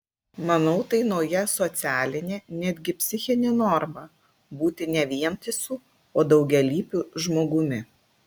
manau tai nauja socialinė netgi psichinė norma būti ne vientisu o daugialypiu žmogumi